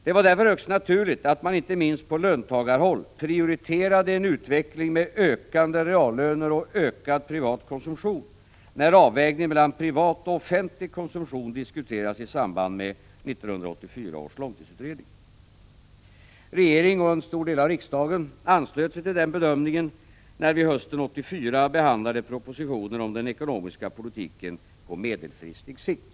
Det var därför högst naturligt att man inte minst på löntagarhåll prioriterade en utveckling med ökade reallöner och ökad konsumtion, när avvägningen mellan privat och offentlig konsumtion diskuterades i samband med 1984 års långtidsutredning. Regeringen och en stor del av riksdagen anslöt sig till denna bedömning i den hösten 1984 behandlade propositionen om den ekonomiska politiken på medelfristig sikt.